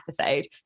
episode